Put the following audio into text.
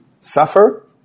suffer